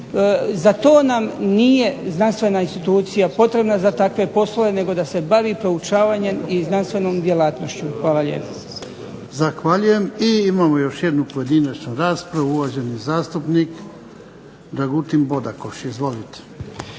Za to nam nije znanstvena institucija potrebna, za takve poslove, nego da se bavi proučavanjem i znanstvenom djelatnošću. Hvala lijepo. **Jarnjak, Ivan (HDZ)** Zahvaljujem. I imamo još jednu pojedinačnu raspravu, uvaženi zastupnik Dragutin Bodakoš. Izvolite.